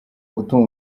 gutuma